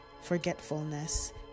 forgetfulness